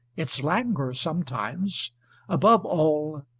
its languor sometimes above all,